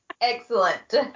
Excellent